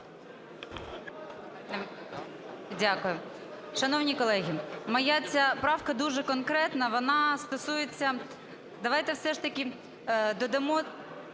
Т.М. Шановні колеги, моя ця правка дуже конкретна, вона стосується... Давайте все ж таки додамо